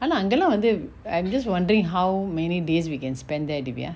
ஆனா அங்கலா வந்து:aana angala vanthu I'm just wondering how many days we can spend there dyvia